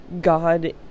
god